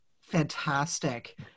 Fantastic